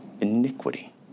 iniquity